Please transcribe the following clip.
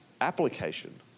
Application